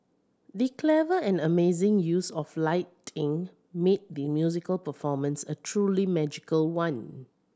the clever and amazing use of lighting made the musical performance a truly magical one